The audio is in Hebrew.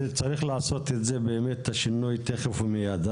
צריך לעשות את השינוי תיכף ומיד.